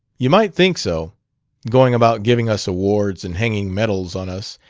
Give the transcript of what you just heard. you might think so going about giving us awards, and hanging medals on us,